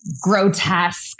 grotesque